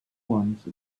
once